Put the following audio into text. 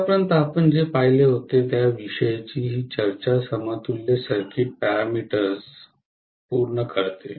आतापर्यंत आपण जे पाहिले होते त्या विषयीची ही चर्चा समतुल्य सर्किट पॅरामीटर्स पूर्ण करते